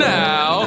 now